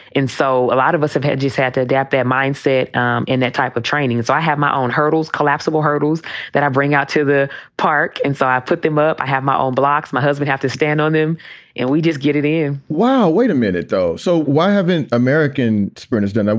so a lot of us have had just had to adapt their mindset um in that type of training. so i have my own hurdles, collapsible hurdles that i bring out to the park. and so i put them up. i have my own blocks. my husband have to stand on them and we just get it in wow. wait a minute, though. so why haven't american sprinters done? ah